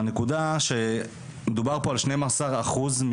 ההרגשה פה היא שזה הכל חינוך,